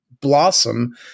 Blossom